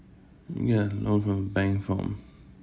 ya loan from bank from